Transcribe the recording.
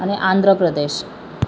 અને આંધ્રપ્રદેશ